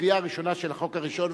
לקריאה ראשונה של החוק הראשון,